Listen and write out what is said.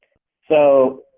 so,